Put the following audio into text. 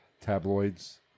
tabloids